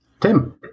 Tim